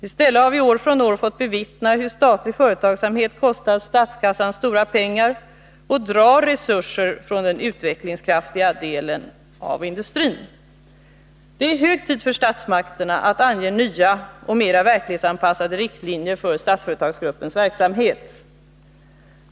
I stället har vi år från år fått bevittna hur statlig företagsamhet kostar statskassan stora pengar och drar resurser från den utvecklingskraftiga delen av industrin. Det är hög tid för statsmakterna att ange nya och mera verklighetsanpassade riktlinjer för Statsföretagsgruppens verksamhet.